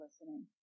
listening